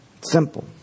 Simple